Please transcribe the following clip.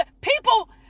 people